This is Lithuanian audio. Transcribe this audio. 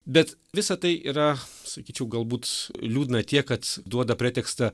bet visa tai yra sakyčiau galbūt liūdna tiek kad duoda pretekstą